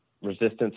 resistance